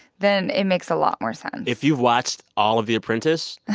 then it makes a lot more sense if you've watched all of the apprentice,